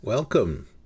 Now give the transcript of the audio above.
welcome